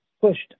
pushed